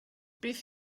beth